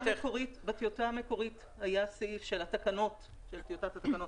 בטיוטה המקורית היה סעיף של טיוטת התקנות